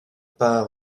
pas